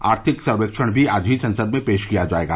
आर्थिक सर्वक्षण भी आज ही संसद में पेश किया जाएगा